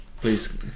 Please